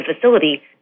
facility